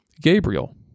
Gabriel